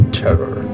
terror